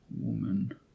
Woman